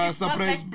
surprise